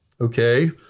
Okay